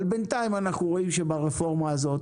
אבל בינתיים אנחנו רואים שברפורמה הזאת